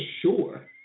sure